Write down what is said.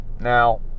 Now